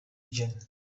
jenner